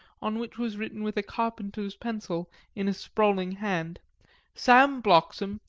on which was written with a carpenter's pencil in a sprawling hand sam bloxam,